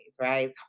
right